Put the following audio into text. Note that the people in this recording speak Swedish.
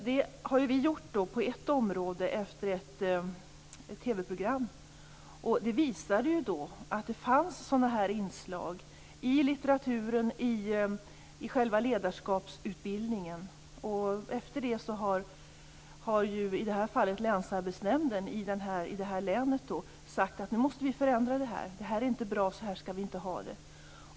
Detta har vi dock gjort, på ett område, efter ett TV-program. Det visade sig då att det fanns sådana här inslag, både i litteraturen och i själva ledarskapsutbildningen. Efter det har länsarbetsnämnden, som det gällde i det här fallet, i det här länet sagt: Nu måste vi förändra det här. Det här är inte bra. Så här skall vi inte ha det.